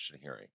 hearing